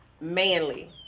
manly